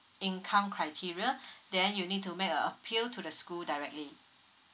income criteria then you need to make a appeal to the school directly